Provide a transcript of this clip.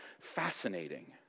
fascinating